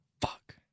Fuck